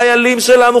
חיילים שלנו,